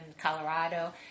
Colorado